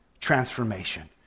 transformation